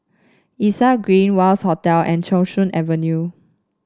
Elias Green Wangz Hotel and Thong Soon Avenue